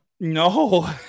No